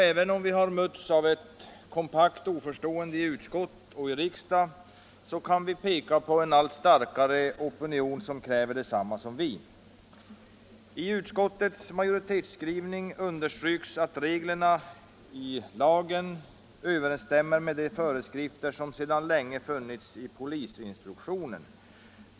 Även om vi mötts av ett kompakt oförstående i utskott och riksdag kan vi peka på en allt starkare opinion som kräver detsamma som vi. I utskottets majoritetsskrivning understryks att reglerna i lagen överensstämmer med de föreskrifter som sedan länge funnits i polisinstruktionen.